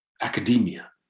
academia